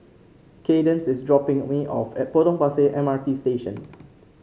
Kaydence is dropping me off at Potong Pasir M R T Station